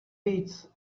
víc